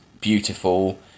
beautiful